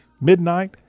midnight